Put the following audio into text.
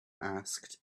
asked